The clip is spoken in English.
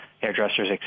hairdressers